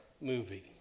movie